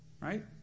Right